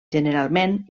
generalment